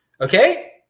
Okay